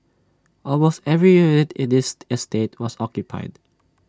almost every unit in this estate was occupied